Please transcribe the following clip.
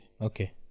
okay